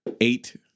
Eight